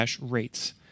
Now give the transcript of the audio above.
rates